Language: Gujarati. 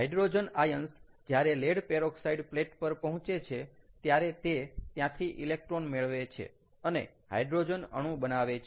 હાઈડ્રોજન આયન્સ જ્યારે લેડ પેરોક્સાઈડ પ્લેટ પર પહોંચે છે ત્યારે તે ત્યાંથી ઇલેક્ટ્રોન મેળવે અને હાઈડ્રોજન અણુ બનાવે છે